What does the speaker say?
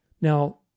Now